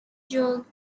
jerk